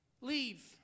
leave